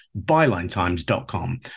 bylinetimes.com